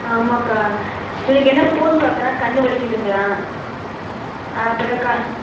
ஆமாம்க்கா இன்னனைக்கி என்ன ஃபோன் பார்க்குறான் கண் வலிக்குதுங்கிறான் ஆ அப்புறம்க்கா